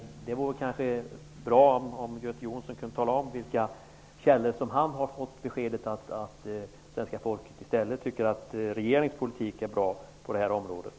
Det vore kanske bra om Göte Jonsson kunde tala om från vilka källor han har fått beskedet att svenska folket tycker att regeringens politik är bra på det här området.